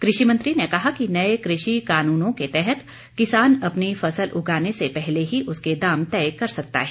कृषि मंत्री ने कहा कि नए कृषि कानूनों के तहत किसान अपनी फसल उगाने से पहले ही उसके दाम तय कर सकता है